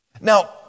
Now